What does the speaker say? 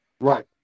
Right